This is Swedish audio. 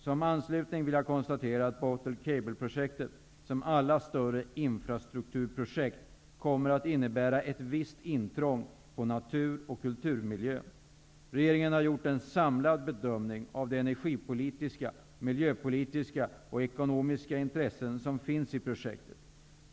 Som avslutning vill jag konstatera att Baltic Cableprojektet, som alla större infrastrukturprojekt, kommer att innebära ett visst intrång på natur och kulturmiljön. Regeringen har gjort en samlad bedömning av de energipolitiska, miljöpolitiska och ekonomiska intressen som finns i projektet.